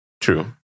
True